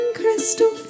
crystal